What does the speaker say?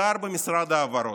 שר במשרד ההבהרות.